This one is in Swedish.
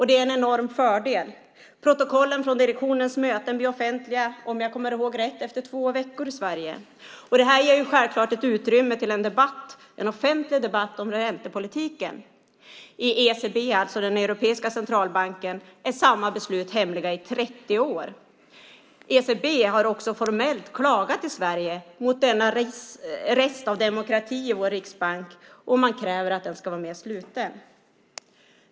Det är en enorm fördel. Protokollen från direktionens möten blir offentliga efter två veckor i Sverige, om jag kommer ihåg rätt. Det ger självklart utrymme för offentlig debatt om räntepolitiken. I ECB, den europeiska centralbanken, är samma beslut hemliga i 30 år. ECB har också formellt klagat i Sverige över denna rest av demokrati i vår riksbank. Man kräver att den ska vara mer sluten.